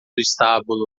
estábulo